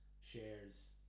shares